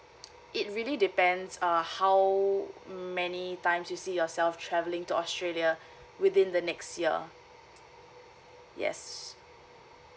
it really depends err how many times you see yourself travelling to australia within the next year yes